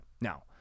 Now